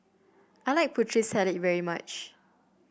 I like Putri Salad very much